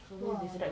!wah!